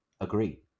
agree